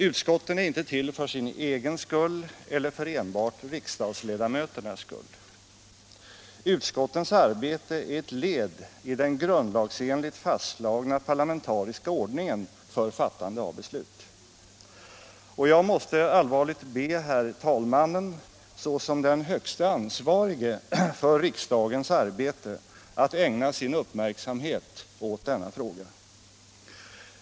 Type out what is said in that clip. Utskotten är inte till för sin egen skull eller för enbart riksdagsledamöternas skull. Utskottens arbete är ett led i den grundlagsenligt fastslagna parlamentariska ordningen för fattande av beslut, och jag måste allvarligt be herr talmannen, som är den högste ansvarige för riksdagens arbete, att ägna sin uppmärksamhet åt denna fråga.